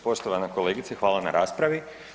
Poštovana kolegice hvala na raspravi.